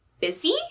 busy